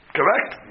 Correct